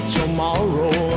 tomorrow